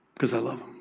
because i love